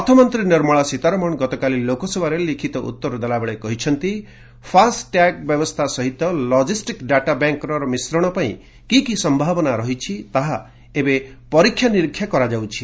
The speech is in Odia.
ଅର୍ଥମନ୍ତ୍ରୀ ନିର୍ମଳା ସୀତାରମଣ ଗତକାଲି ଲୋକସଭାରେ ଲିଖିତ ଉତ୍ତର ଦେଲାବେଳେ କହିଛନ୍ତି ଫାସ୍ଟ୍ୟାଗ୍ ବ୍ୟବସ୍ଥା ସହିତ ଲଜିଷ୍ଟିକ୍ ଡାଟାବ୍ୟାଙ୍କର ମିଶ୍ରଣ ପାଇଁ କେତେକ'ଣ ସମ୍ଭାବନା ରହିଛି ତାହା ଏବେ ପରୀକ୍ଷାନିରୀକ୍ଷା କରାଯାଉଛି